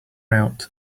out